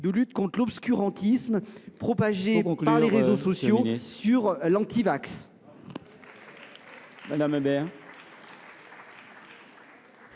lutter contre l’obscurantisme propagé sur les réseaux sociaux par les antivax.